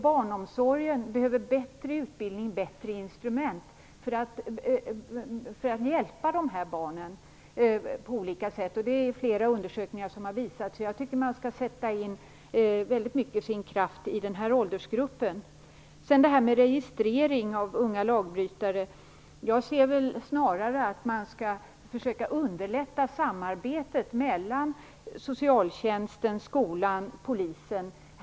Barnomsorgen behöver bättre utbildning och bättre instrument för att kunna hjälpa de här barnen på olika sätt. Flera undersökningar har visat det. Jag tycker att man skall sätta in mycket av sin kraft på den här åldersgruppen. Gun Hellsvik anser att unga lagbrytare skall registreras. Jag anser snarare att man skall försöka underlätta samarbetet mellan socialtjänsten, skolan och polisen.